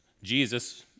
Jesus